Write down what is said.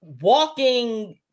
walking